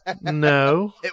No